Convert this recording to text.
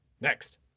Next